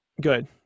Good